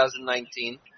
2019